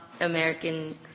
American